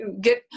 get